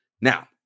Now